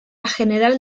general